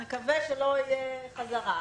נקווה שלא תהיה חזרה.